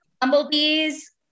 Bumblebees